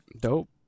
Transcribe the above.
Dope